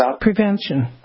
prevention